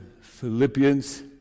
Philippians